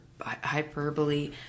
hyperbole